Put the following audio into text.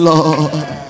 Lord